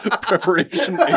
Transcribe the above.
preparation